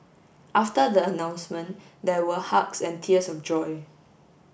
after the announcement there were hugs and tears of joy